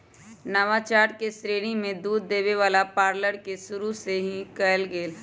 नवाचार के श्रेणी में दूध देबे वला पार्लर के शुरु सेहो कएल गेल